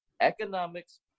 economics